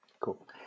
Cool